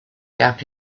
gap